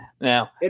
Now